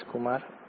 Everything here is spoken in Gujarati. સુરેશકુમાર